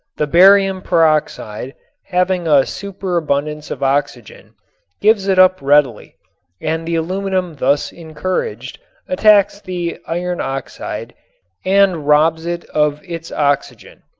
the barium peroxide having a superabundance of oxygen gives it up readily and the aluminum thus encouraged attacks the iron oxide and robs it of its oxygen.